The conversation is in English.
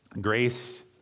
Grace